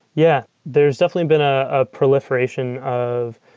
yeah, there's deftly been a ah proliferation of,